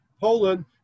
Poland